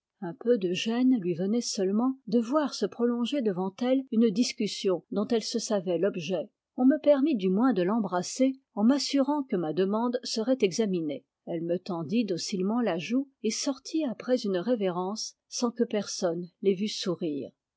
un peu de gêne lui venait seulement de voir se prolonger devant elle une discussion dont elle se savait l'objet on me permit du moins de l'embrasser en m'assu rant que ma demande serait examinée elle me tendit docilement la joue et sortit après une révérence sans que personne l'ait vu sourire